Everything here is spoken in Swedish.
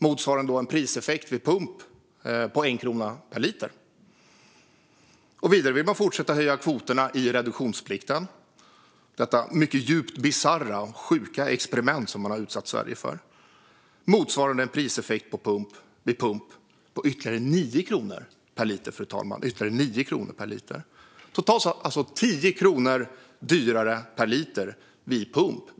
Det skulle motsvara en priseffekt vid pump på 1 krona per liter. Vidare vill man fortsätta att höja kvoterna i reduktionsplikten - det mycket djupt bisarra och sjuka experiment som man har utsatt Sverige för. Detta skulle motsvara en priseffekt vid pump på ytterligare 9 kronor per liter, fru talman. Totalt skulle effekten av denna politik alltså bli att det blir 10 kronor dyrare per liter vid pump.